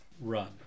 run